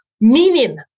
meaning